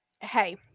hey